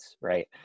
right